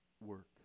work